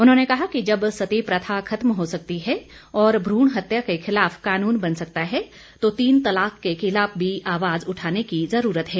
उन्होंने कहा कि जब सती प्रथा खत्म हो सकती है और भ्रूण हत्या के खिलाफ कानून बन सकता है तो तीन तलाक के खिलाफ भी आवाज़ उठाने की जरूरत है